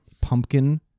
pumpkin